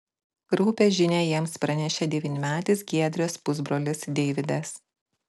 kraupią žinią jiems pranešė devynmetis giedrės pusbrolis deividas